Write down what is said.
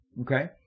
okay